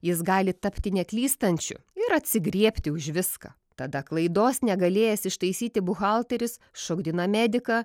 jis gali tapti neklystančiu ir atsigriebti už viską tada klaidos negalėjęs ištaisyti buhalteris šokdina mediką